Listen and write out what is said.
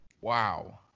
Wow